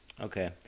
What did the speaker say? Okay